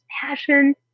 passion